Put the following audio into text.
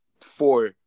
four